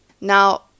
Now